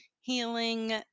healing